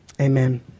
Amen